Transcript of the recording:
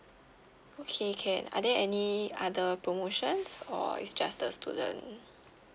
okay can are there any other promotions or it's just the student